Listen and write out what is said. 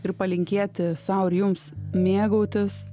ir palinkėti sau ir jums mėgautis